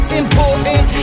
important